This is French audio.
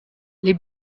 les